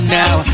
now